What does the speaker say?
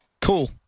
cool